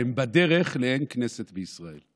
שהם בדרך לאין כנסת בישראל,